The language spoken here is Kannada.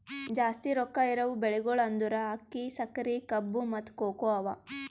ಜಾಸ್ತಿ ರೊಕ್ಕಾ ಇರವು ಬೆಳಿಗೊಳ್ ಅಂದುರ್ ಅಕ್ಕಿ, ಸಕರಿ, ಕಬ್ಬು, ಮತ್ತ ಕೋಕೋ ಅವಾ